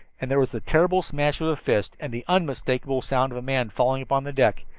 and there was the terrible smash of a fist, and the unmistakable sound of a man falling upon the deck.